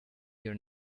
your